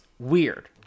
Weird